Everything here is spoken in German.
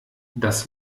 dass